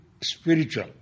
spiritual